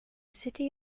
city